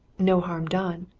no harm done.